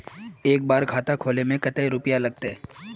एक बार खाता खोले में कते रुपया लगते?